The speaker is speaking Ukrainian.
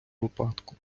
випадку